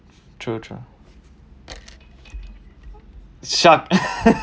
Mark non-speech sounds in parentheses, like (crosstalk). true true shock (laughs)